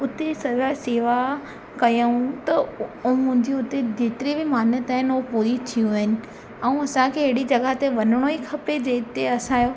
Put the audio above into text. उते सदा शेवा कयूं त हुनजी उते मुंजी जेतिरी बि मान्यताऊं आहिनि उहा पूरी थियूं आहिनि ऐं असांखे अहिड़ी जॻह ते वञिणो ई खपे जिते असांजो